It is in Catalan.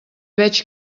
veig